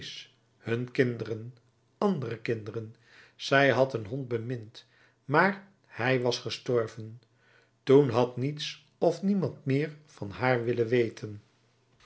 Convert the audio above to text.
hun kinderen andere kinderen zij had den hond bemind maar hij was gestorven toen had niets of niemand meer van haar willen weten